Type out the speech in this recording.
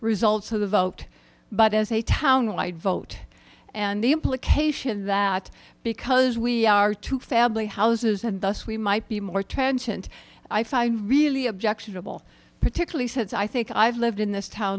results of the vote but as a town wide vote and the implication that because we are two family houses and thus we might be more tension i find really objectionable particularly since i think i've lived in this town